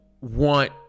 want